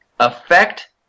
affect